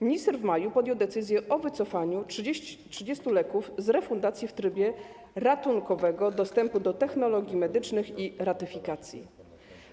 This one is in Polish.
Minister w maju podjął decyzję o wycofaniu 30 leków z refundacji w trybie ratunkowego dostępu do technologii medycznych i taryfikacji.